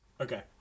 okay